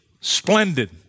splendid